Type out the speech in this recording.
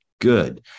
good